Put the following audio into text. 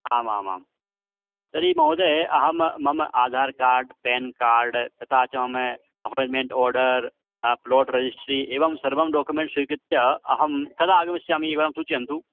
आमामां तर्हि महोदय अहं मम आधारः कार्ड् पेन् कार्ड् तथा च मम अपाय्ण्ट्मेण्ट् ओर्डर् प्लोट् रिजिस्ट्री एवं सर्वं डोक्युमेण्ट् स्वीकृत्य अहं कदा आगमिष्यामि एवं सूचयन्तु